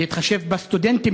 להתחשב בסטודנטים,